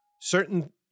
certain